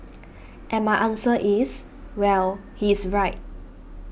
and my answer is well he's right